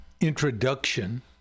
Introduction